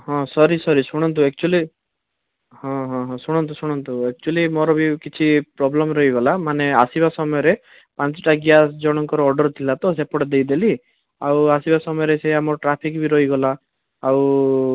ହଁ sorry sorry ଶୁଣନ୍ତୁ actually ହଁ ହଁ ଶୁଣନ୍ତୁ ଶୁଣନ୍ତୁ ଏକଚୁଆଲି ମୋର ବି କିଛି ପ୍ରୋବ୍ଲେମ ରହିଗଲା ମାନେ ଆସିବା ସମୟରେ ପାଞ୍ଚଟା ଗ୍ୟାସ ଜଣଙ୍କର ଅର୍ଡ଼ର ଥିଲା ତ ସେପଟେ ଦେଇଦେଲି ଆଉ ଆସିବା ସମୟରେ ସେ ଆମ ଟ୍ରାଫିକ ବି ରହିଗଲା ଆଉ